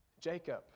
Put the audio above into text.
Jacob